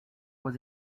was